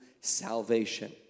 salvation